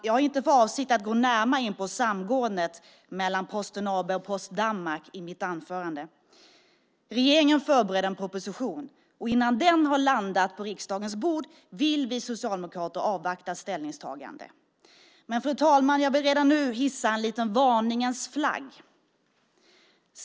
Jag har inte för avsikt att gå närmare in på samgåendet mellan Posten AB och Post Danmark i mitt anförande. Regeringen förbereder en proposition och innan den har landat på riksdagens bord vill vi socialdemokrater avvakta ett ställningstagande. Men, fru talman, jag vill redan nu hissa en liten varningens flagg.